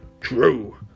True